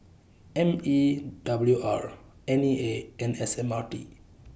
M E W R NE A and S M R T